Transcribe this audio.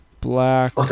Black